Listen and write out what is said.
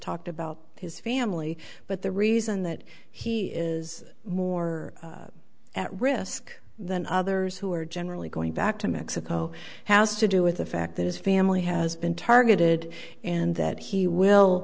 talked about his family but the reason that he is more at risk than others who are generally going back to mexico has to do with the fact that his family has been targeted and that he will